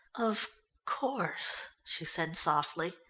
of course, she said softly.